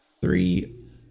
three